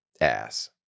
ass